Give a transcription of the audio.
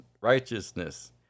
righteousness